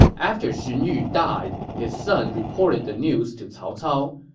after xun yu died, his son reported the news to cao cao.